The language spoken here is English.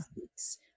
weeks